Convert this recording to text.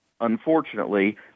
unfortunately